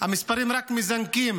המספרים רק מזנקים